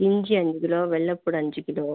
இஞ்சி அஞ்சு கிலோ வெள்ளை பூண்டு அஞ்சு கிலோ